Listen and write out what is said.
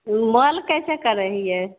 मोल कैसे करऽ हियै